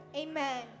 amen